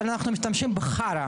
אבל אנחנו משתמשים עכשיו בחרא,